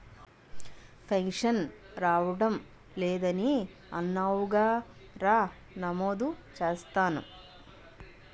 pension రావడం లేదని అన్నావుగా రా నమోదు చేస్తాను